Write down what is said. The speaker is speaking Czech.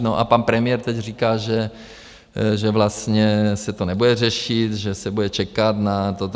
No a pan premiér teď říká, že vlastně se to nebude řešit, že se bude čekat na toto.